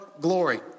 glory